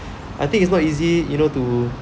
I think it's not easy you know to